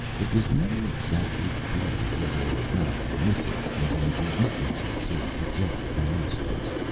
it was never exactly clear whether or not the missives contained remittances or rejected manuscripts,